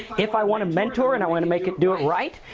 if i wanna mentor and i wanna make it do it right,